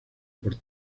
por